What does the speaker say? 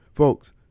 Folks